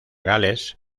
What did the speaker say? gales